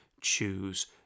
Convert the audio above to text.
choose